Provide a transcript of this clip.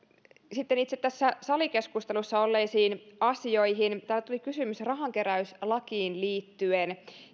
sitten itse tässä salikeskustelussa olleisiin asioihin täällä tuli kysymys rahankeräyslakiin liittyen